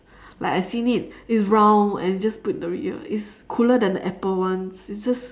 like I seen it it's it round and your just put in the ear it's cooler than the apple ones it's just